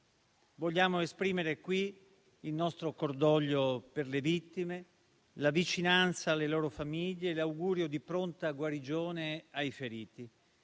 Vogliamo esprimere qui il nostro cordoglio per le vittime, la vicinanza alle loro famiglie e l'augurio di pronta guarigione ai feriti